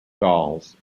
dolls